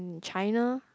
China